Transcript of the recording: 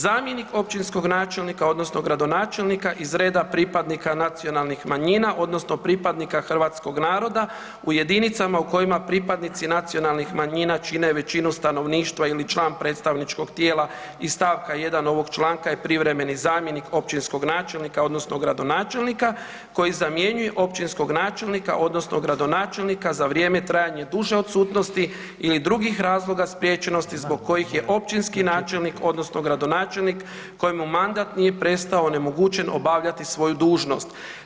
Zamjenik općinskog načelnika odnosno gradonačelnika iz reda pripadnika nacionalnih manjina odnosno pripadnika hrvatskog naroda u jedinicama u kojima pripadnici nacionalnih manjina čine većinu stanovništva ili član predstavničkog tijela iz stavka 1. ovog članka je privremeni zamjenik općinskog načelnika odnosno gradonačelnika koji zamjenjuje općinskog načelnika odnosno gradonačelnika za vrijeme trajanja duže odsutnosti ili drugih razloga spriječenosti zbog kojih je općinski načelnik odnosno gradonačelnik kojemu mandat nije prestao onemogućen obavljati svoju dužnost.